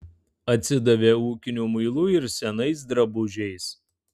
atsidavė ūkiniu muilu ir senais drabužiais